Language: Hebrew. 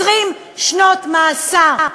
20 שנות מאסר.